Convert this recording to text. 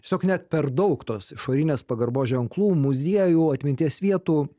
tiesiog net per daug tos išorinės pagarbos ženklų muziejų atminties vietų